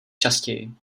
častěji